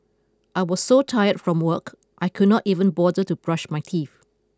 I was so tired from work I could not even bother to brush my teeth